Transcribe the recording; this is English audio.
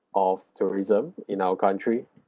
of tourism in our country